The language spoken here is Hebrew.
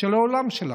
של העולם שלנו,